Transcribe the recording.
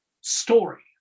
story